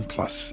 Plus